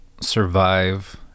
survive